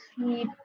sleep